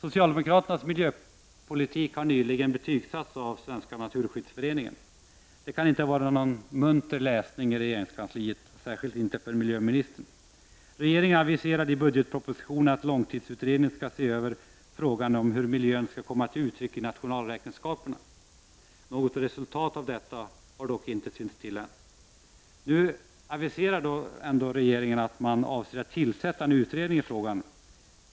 Socialdemokraternas miljöpolitik har nyligen betygsatts av Svenska naturskyddsföreningen. Det kan inte vara någon munter läsning i regeringskansliet, särskilt inte för miljöministern. Regeringen aviserade i budgetpropositionen att långtidsutredningen skall se över frågan om hur miljön skall komma till uttryck i nationalräkenskaperna. Något resultat av detta har dock inte synts till. Nu aviserar ändå regeringen att den avser att tillsätta en utredning i frågan.